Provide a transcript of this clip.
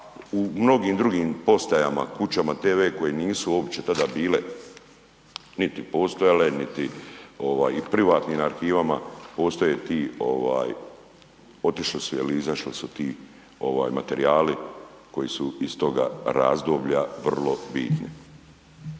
u mnogim drugim postajama, kućama TV koje nisu uopće tada bile, niti postojale, niti ovaj i u privatnim arhivama postoje ti ovaj, otišli su je li, izašli su ti ovaj materijali koji su iz toga razdoblja vrlo bitni.